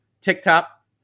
TikTok